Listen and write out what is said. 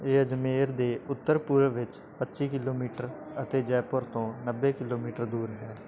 ਇਹ ਅਜਮੇਰ ਦੇ ਉੱਤਰ ਪੂਰਬ ਵਿੱਚ ਪੱਚੀ ਕਿਲੋਮੀਟਰ ਅਤੇ ਜੈਪੁਰ ਤੋਂ ਨੱਬੇ ਕਿਲੋਮੀਟਰ ਦੂਰ ਹੈ